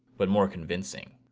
but more convincing.